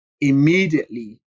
immediately